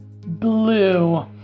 blue